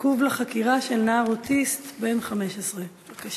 עיכוב לחקירה של נער אוטיסט בן 15. בבקשה.